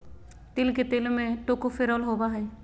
तिल के तेल में टोकोफेरोल होबा हइ